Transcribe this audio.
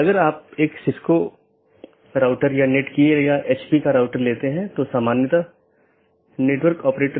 इन protocol के उदाहरण OSPF हैं और RIP जिनमे मुख्य रूप से इस्तेमाल किया जाने वाला प्रोटोकॉल OSPF है